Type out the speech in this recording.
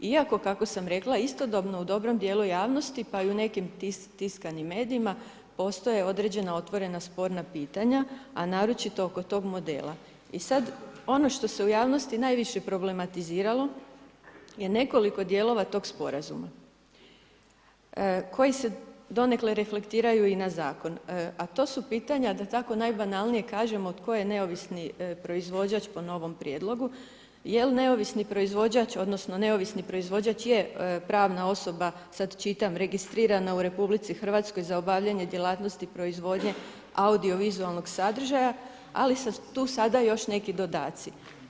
Iako, kako sam rekla, istodobno u dobrom dijelu javnosti, pa i u nekim tiskanim medijima, postoje određena otvorena sporna pitanja, a naročito oko tog modela i sad ono što se u javnosti najviše problematiziralo je nekoliko dijelova tog sporazuma koji se donekle reflektiraju i na Zakon, a to su pitanja, da tako najbanalnije kažem, od koje neovisni proizvođač po novom prijedlogu, jel neovisni proizvođač odnosno neovisno proizvođač je pravna osoba, sad čitam, registrirana u RH za obavljanje djelatnosti proizvodnje audio-vizualnog sadržaja, ali tu su sada još neki dodaci.